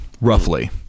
roughly